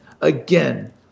Again